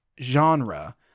genre